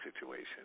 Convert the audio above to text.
situation